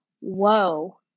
whoa